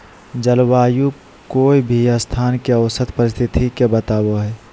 जलवायु कोय भी स्थान के औसत परिस्थिति के बताव हई